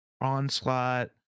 Onslaught